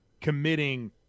committing